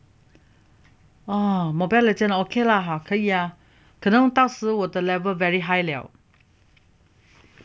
oh mobile legend ah okay lah 好可以呀可能到时我的 level very high 了